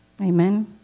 Amen